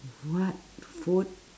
what food